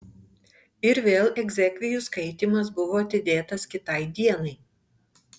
ir vėl egzekvijų skaitymas buvo atidėtas kitai dienai